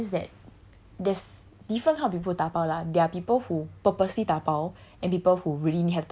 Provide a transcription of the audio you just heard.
okay so it means that there's different how people dabao lah there are people who purposely dabao